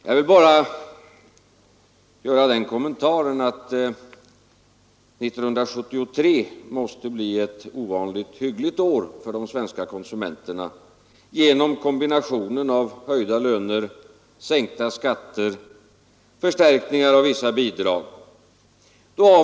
Jag vill bara göra den kommentaren att 1973 måste bli ett ovanligt hyggligt år för de svenska konsumenterna genom kombinationen av höjda löner, sänkta skatter och förstärkningar av vissa bidrag.